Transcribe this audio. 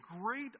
great